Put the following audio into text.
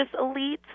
elites